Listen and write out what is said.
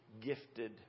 gifted